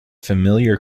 familiar